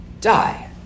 Die